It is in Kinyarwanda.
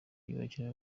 ibakire